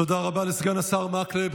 תודה רבה לסגן השר מקלב.